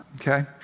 okay